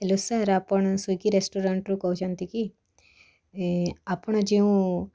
hello sir ଆପଣ Swiggy ରେଷ୍ଟୁରାଣ୍ଟ୍ରୁ କହୁଛନ୍ତି କି ଆପଣ ଯେଉଁ